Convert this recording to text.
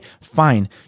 fine